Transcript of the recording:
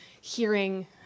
hearing